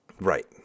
right